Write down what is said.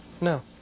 No